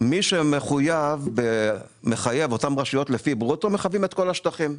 מי שמחייב לפי ברוטו מחייב את כל השטחים.